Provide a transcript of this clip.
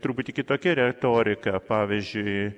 truputį kitokia retorika pavyzdžiui